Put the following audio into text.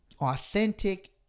authentic